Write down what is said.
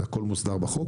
והכול מוסדר בחוק,